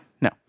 No